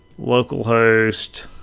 localhost